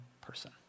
person